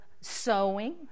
sewing